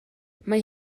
mae